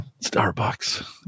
starbucks